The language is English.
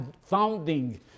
founding